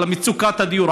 על מצוקת הדיור,